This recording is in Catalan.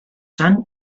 sant